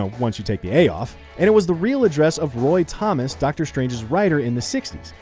ah once you take the a off. and it was the real address of roy thomas, doctor strange's writer in the sixty s.